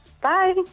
Bye